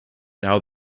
now